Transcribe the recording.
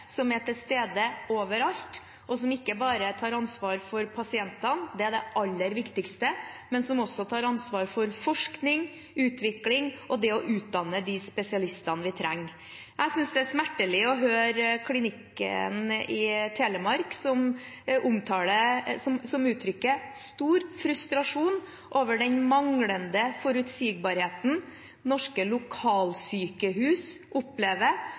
som er til stede overalt, og som ikke bare tar ansvar for pasientene – det er det aller viktigste – men som også tar ansvar for forskning, utvikling og det å utdanne de spesialistene vi trenger. Jeg synes det er smertelig å høre klinikken i Telemark som uttrykker stor frustrasjon over den manglende forutsigbarheten norske lokalsykehus opplever